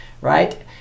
Right